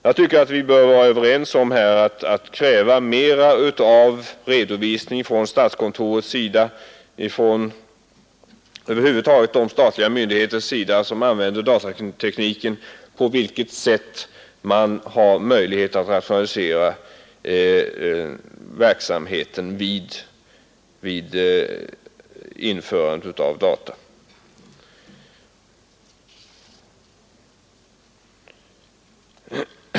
Jag anser att vi bör kräva av statskontoret och andra statliga myndigheter som använder datateknik mer redovisning av på vilket sätt man lyckats att rationalisera verksamheten vid införandet av data.